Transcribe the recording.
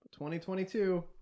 2022